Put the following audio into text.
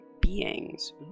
beings